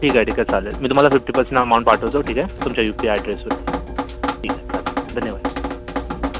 ठीक आहे ठीक आहे चालेल मी तुम्हाला फिफ्टी पर्सेंट अमाऊंट पाठवतो ठीक आहे तुमच्या यू पी आय ॲड्रेस वरती ठीक आहे चालेल धन्यवाद